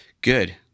Good